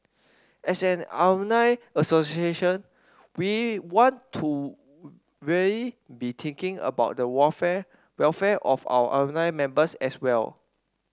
as an alumni association we want to really be thinking about the welfare welfare of our alumni members as well